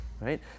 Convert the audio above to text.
Right